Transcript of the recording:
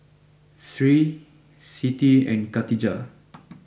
Sri Siti and Khatijah